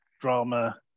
drama